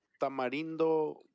tamarindo